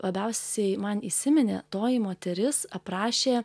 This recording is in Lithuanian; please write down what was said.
labiausiai man įsiminė toji moteris aprašė